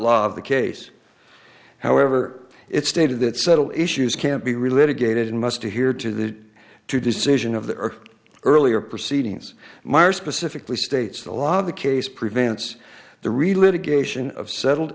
of the case however it's stated that subtle issues can't be related gaited must be here to the two decision of the earth earlier proceedings meyer specifically states the law of the case prevents the real litigation of settled